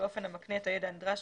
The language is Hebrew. באופן המקנה את הידע הנדרש